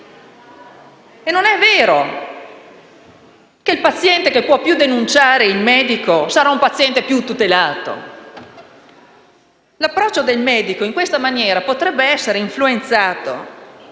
Non è vero che il paziente che può denunciare in misura maggiore il medico sarà un paziente più tutelato. L'approccio del medico in questa maniera potrebbe essere influenzato